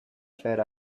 fer